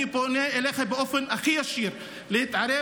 אני פונה אליך באופן הכי ישיר להתערב.